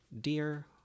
Dear